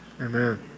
amen